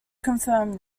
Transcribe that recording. confirm